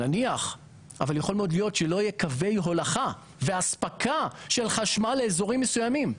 אבל יכול להיות שלא יהיו קווי הולכה ואספקה של חשמל לאזורים מסוימים,